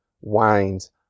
Wines